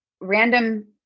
random